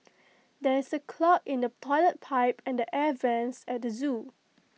there is A clog in the Toilet Pipe and the air Vents at the Zoo